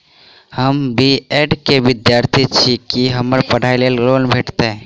हम B Ed केँ विद्यार्थी छी, की हमरा पढ़ाई लेल लोन भेटतय?